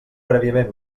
prèviament